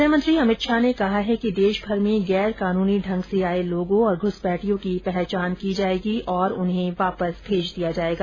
गृहमंत्री अमित शाह ने कहा है कि देशभर में गैरकानूनी ढंग से आये लोगों और घूसपैठियों की पहचान की जायेगी और उन्हें वापस भेज दिया जायेगा